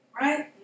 right